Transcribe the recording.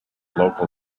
local